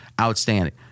outstanding